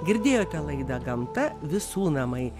girdėjote laidą gamta visų namai